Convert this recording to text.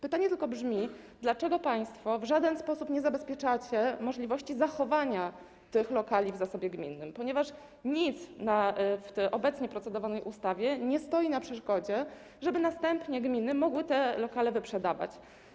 Pytanie tylko brzmi, dlaczego państwo w żaden sposób nie zabezpieczacie możliwości zachowania tych lokali w zasobie gminnym, ponieważ nic w obecnie procedowanej ustawie nie stoi na przeszkodzie, żeby następnie gminy mogły te lokale wyprzedawać.